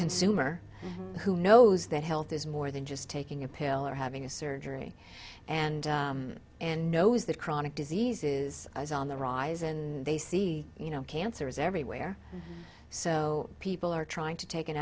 consumer who knows that health is more than just taking a pill or having a surgery and and knows that chronic diseases is on the rise and they see you know cancer is everywhere so people are trying to take an